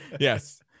Yes